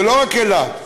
זה לא רק אילת.